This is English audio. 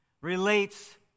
relates